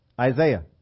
Isaiah